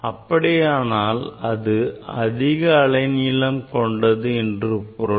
அப்படியானால் அது அதிக அலைநீளம் கொண்டது என்று பொருள்